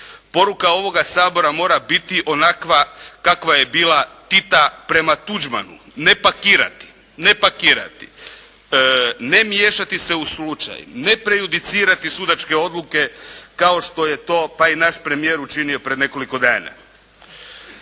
Poruka ovoga Sabora mora biti onakva kakva je bila Tita prema Tuđmanu. Ne pakirati, ne pakirati. Ne miješati se u slučaj. Ne prejudicirati sudačke odluke kao što je to pa i naš premijer učinio pred nekoliko dana.